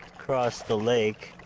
across the lake,